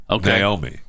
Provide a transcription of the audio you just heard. Naomi